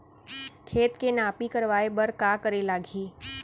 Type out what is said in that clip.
खेत के नापी करवाये बर का करे लागही?